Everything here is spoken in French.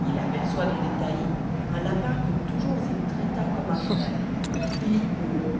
h aperçoit dans dés taillis un lapîn que toujours il traita comme un frèrëjji h y court